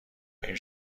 این